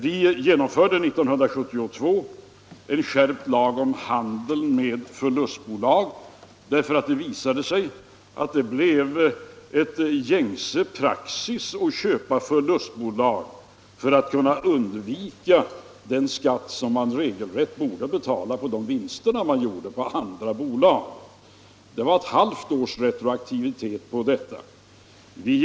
Vi införde 1972 en skärpt lag om handel med förlustbolag därför att det visade sig att det blev gängse praxis att köpa förlustbolag för att kunna undvika den skatt som man regelrätt borde betala på de vinster man gjorde på andra bolag. Det var ett halvt års retroaktivitet i detta fall.